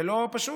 זה לא פשוט.